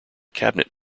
cabinet